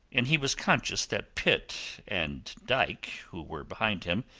and he was conscious that pitt and dyke, who were behind him,